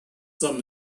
some